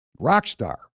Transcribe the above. Rockstar